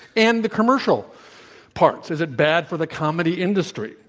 and the commercial parts. is it bad for the comedy industry?